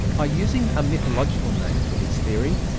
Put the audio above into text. by using a mythological name for his theory,